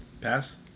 Pass